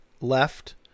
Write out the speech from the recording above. left